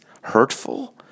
hurtful